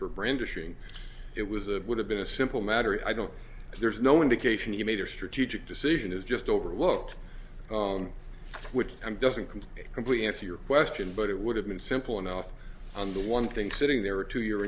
for brandishing it was a would have been a simple matter i don't there's no indication he made a strategic decision is just overlooked and doesn't completely completely answer your question but it would have been simple enough on the one thing sitting there are two year